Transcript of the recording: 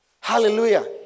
Hallelujah